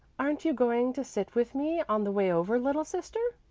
aren't you going to sit with me on the way over, little sister?